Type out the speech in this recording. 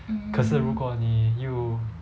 可是如果你又